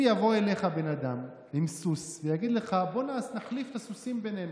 אם יבוא אליך בן אדם עם סוס ויגיד לך: בוא נחליף את הסוסים בינינו,